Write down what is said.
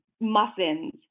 muffins